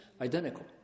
identical